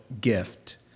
gift